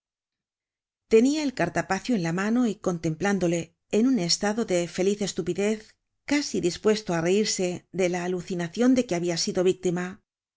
tenia el cartapacio en la mano y contemplándole en un estado de feliz estupidez casi dispuesto á reirse de la alucinacion de que habia sido víctima